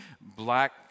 black